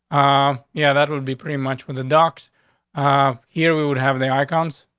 ah, yeah, that would be pretty much with the docks um here. we would have the icons.